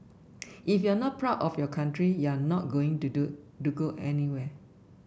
if you are not proud of your country you are not going to do to go anywhere